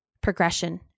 progression